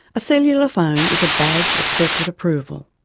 a cellular phone is a badge of corporate approval.